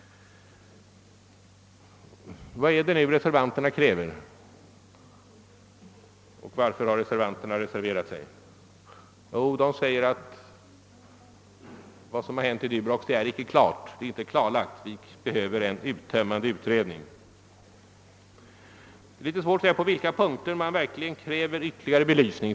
Vad är det nu reservanterna kräver och varför har de reserverat sig? Jo, de hävdar att vad som hänt i Durox inte är helt klarlagt — det behövs en uttömmande utredning. Det är emellertid svårt att se på vilka punkter det krävs ytterligare belysning.